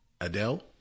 Adele